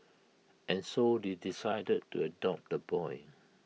and so they decided to adopt the boy